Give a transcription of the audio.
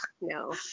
no